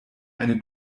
eine